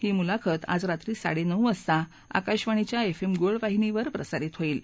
ही मुलाखत आज रात्री साडेनऊ वाजता आकाशवाणीच्या एफ एम गोल्ड वाहिनीवर प्रसारित होईल